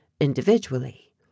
individually